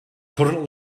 current